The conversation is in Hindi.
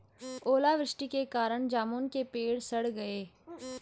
ओला वृष्टि के कारण जामुन के पेड़ सड़ गए